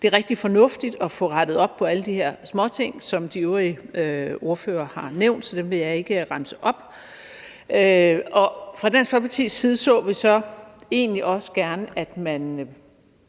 Det er rigtig fornuftigt at få rettet op på alle de her småting, som de øvrige ordførere har nævnt, så dem vil jeg ikke remse op. Fra Dansk Folkepartis side så vi egentlig også gerne, at man